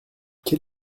quel